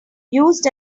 used